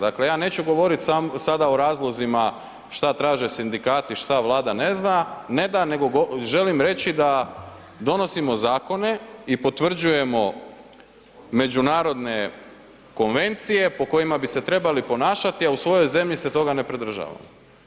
Dakle, ja neću govoriti sada o razlozima što traže sindikati, što Vlada ne da, nego želim reći da donosimo zakone i potvrđujemo međunarodne konvencije po kojima bi se trebali ponašati, a u svojoj zemlji se toga ne pridržavamo.